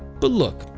but look,